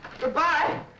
Goodbye